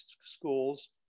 Schools